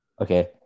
Okay